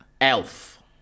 Elf